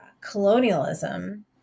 colonialism